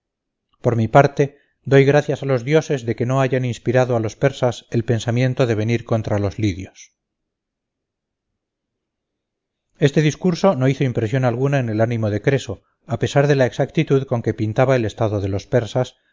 doy gracias a los dioses de que no hayan inspirado a los persas el pensamiento de venir contra los lidios este discurso no hizo impresión alguna en el ánimo de creso a pesar de la exactitud con que pintaba el estado de los persas